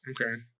Okay